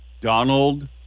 Donald